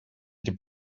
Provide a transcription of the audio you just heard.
эти